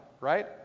right